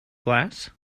glass